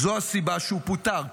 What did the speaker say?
זו הסיבה שהוא פוטר,